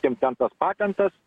kim ten tas patentas